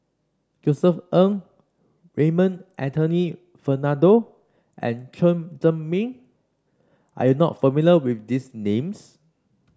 Josef Ng Raymond Anthony Fernando and Chen Zhiming are you not familiar with these names